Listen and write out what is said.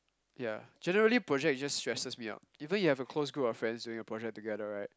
ya generally project just stresses me out even you have a close group of friends doing a project together right